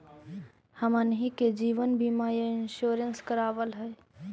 हमनहि के जिवन बिमा इंश्योरेंस करावल है?